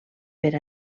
per